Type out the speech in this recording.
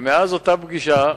ומאז אותה פגישה,